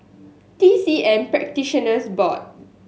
T C M Practitioners Board